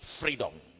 freedom